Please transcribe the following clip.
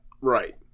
Right